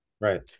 right